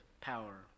power